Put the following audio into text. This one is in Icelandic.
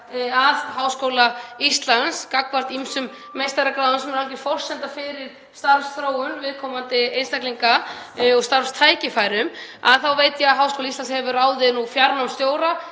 á Háskóla Íslands gagnvart ýmsum meistaragráðum, sem er algjör forsenda fyrir starfsþróun viðkomandi einstaklinga og starfstækifærum, þá veit ég að Háskóli Íslands hefur ráðið fjarnámstjóra